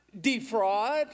defraud